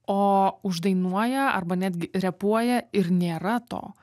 o uždainuoja arba netgi repuoja ir nėra to